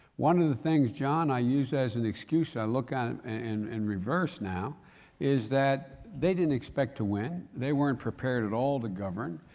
one of the things, john, i use as an excuse and i look on in, in reverse now is that they didn't expect to win. they weren't prepared at all to govern.